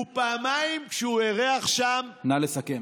ופעמיים כאשר הוא אירח שם, נא לסכם.